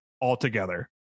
altogether